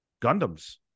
Gundams